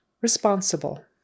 Responsible